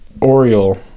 Oriole